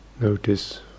notice